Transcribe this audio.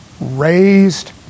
raised